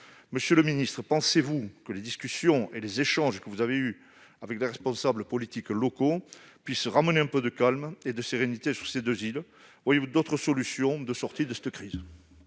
Monsieur le ministre, pensez-vous que les discussions et les échanges que vous avez eus avec des responsables politiques locaux puissent ramener un peu de calme et de sérénité sur ces deux îles ? Voyez-vous d'autres solutions pour sortir de cette crise ?